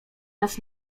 nas